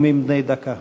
בבקשה.